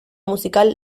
musical